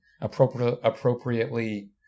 appropriately